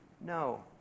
No